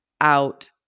out